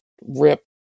rip